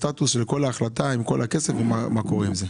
סטטוס של כל החלטה עם כל הכסף ומה קורה עם זה.